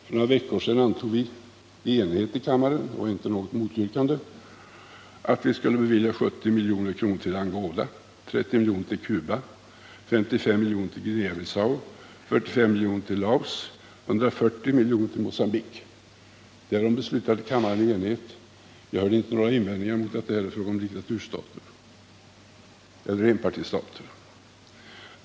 För några veckor sedan beslöt vi i enighet och utan något motyrkande att vi skulle bevilja 70 milj.kr. till Angola, 30 milj.kr. till Kuba, 55 milj.kr. till Guinea Bissau, 45 milj.kr. till Laos och 140 milj.kr. till Mogambique. Därom beslutade kammaren i enighet. Jag hörde inte några invändningar om att det här är fråga om diktaturstater eller enpartistater.